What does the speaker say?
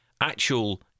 actual